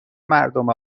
مردم